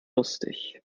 lustig